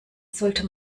sollte